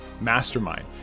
Mastermind